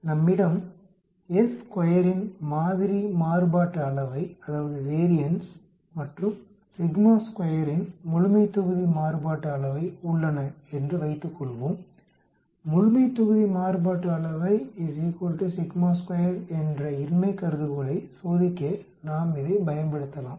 நம்மிடம் s2 இன் மாதிரி மாறுபாட்டு அளவை மற்றும் இன் முழுமைத்தொகுதி மாறுபாட்டு அளவை உள்ளன என்று வைத்துக்கொள்வோம் முழுமைத்தொகுதி மாறுபாட்டு அளவை என்ற இன்மை கருதுகோளை சோதிக்க நாம் இதைப் பயன்படுத்தலாம்